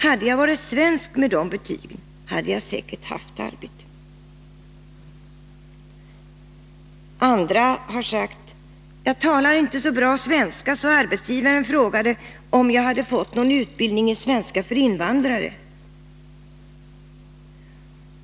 Hade jag varit svensk med de betygen, hade jag säkert haft arbete.” att minska arbetslösheten bland invandrarungdom Andra har sagt: ”Jag talar inte så bra svenska, så arbetsgivaren frågade mig om jag hade fått någon utbildning i svenska för invandrare.